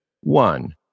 One